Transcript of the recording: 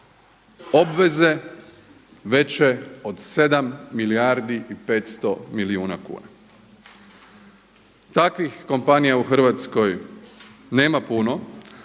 obveze veće od sedam milijardi i 500 milijuna kuna. Takvih kompanija u Hrvatskoj nema puno,